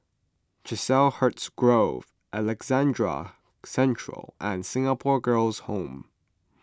Chiselhurst Grove Alexandra Central and Singapore Girls' Home